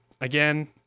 again